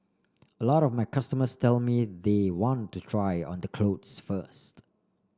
a lot of my customers tell me they want to try on the clothes first